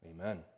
Amen